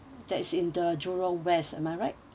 that is in the jurong west am I right